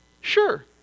Sure